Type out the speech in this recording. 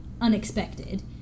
Unexpected